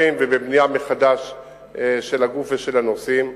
ובבנייה מחדש של הגוף ושל הנושאים.